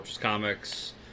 comics